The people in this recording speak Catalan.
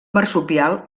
marsupial